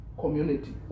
community